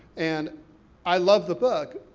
and i love the book,